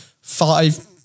five